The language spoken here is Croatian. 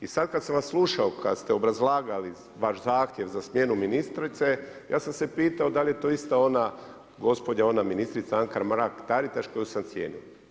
I sada kada sam vas slušao kada ste obrazlagali vaš zahtjev za smjenu ministrice ja sam se pitao da li je to ista ona gospođa, ona ministrica Anka Mrak-Taritaš koju sam cijenio.